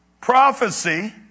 prophecy